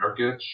Nurkic